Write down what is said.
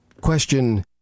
Question